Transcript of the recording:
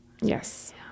Yes